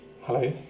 Hello